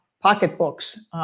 pocketbooks